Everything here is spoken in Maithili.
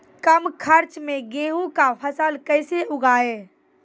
कम खर्च मे गेहूँ का फसल कैसे उगाएं?